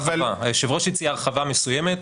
היושב ראש הציע הרחבה מסוימת,